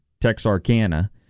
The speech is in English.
Texarkana